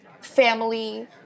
family